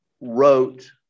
wrote